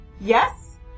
yes